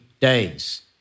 days